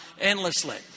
endlessly